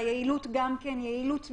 והיעילות גם כן היא יעילות מינימלית.